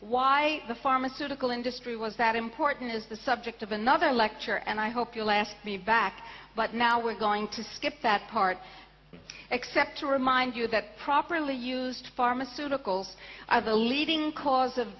why the pharmaceutical industry was that important is the subject of another lecture and i hope you'll laugh me back but now we're going to skip that part except to remind you that properly used pharmaceuticals are the leading cause of